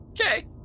Okay